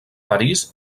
parís